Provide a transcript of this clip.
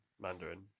Mandarin